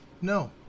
No